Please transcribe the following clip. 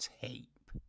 tape